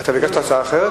ביקשת הצעה אחרת?